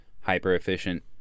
hyper-efficient